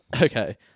Okay